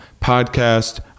podcast